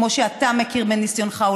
כמו שאתה מכיר מניסיונך,